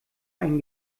ein